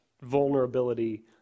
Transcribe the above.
vulnerability